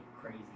crazy